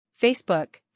facebook